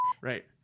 Right